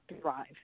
thrive